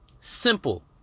Simple